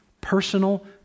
personal